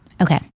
Okay